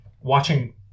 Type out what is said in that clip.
watching